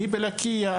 אני בלקיה,